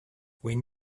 when